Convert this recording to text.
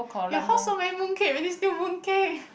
your house so many mooncake already still mooncake